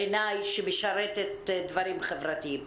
בעיני, שמשרתת דברים חברתיים.